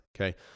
okay